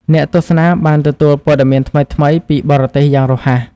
អ្នកទស្សនាបានទទួលព័ត៌មានថ្មីៗពីបរទេសយ៉ាងរហ័ស។